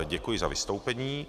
Děkuji za vystoupení.